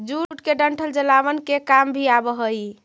jute के डंठल जलावन के काम भी आवऽ हइ